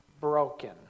broken